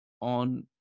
on